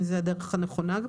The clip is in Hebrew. האם זאת הדרך הנכונה.